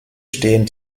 stehen